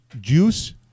Juice